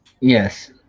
Yes